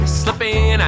slipping